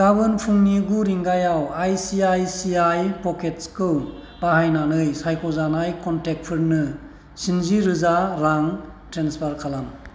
गाबोन फुंनि गु रिंगायाव I C I C I प'केट्सखौ बाहायनानै सायख'जानाय क'नटेक्टफोरनो स्निजि रोजा रां ट्रेन्सफार खालाम